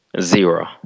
zero